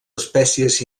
espècies